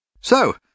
So